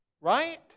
Right